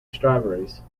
strawberries